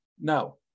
no